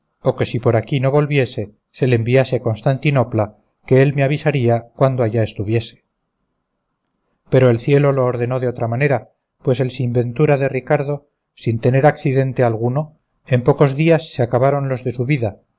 que si por aquí no volviese se le enviase a constantinopla que él me avisaría cuando allá estuviese pero el cielo lo ordenó de otra manera pues el sin ventura de ricardo sin tener accidente alguno en pocos días se acabaron los de su vida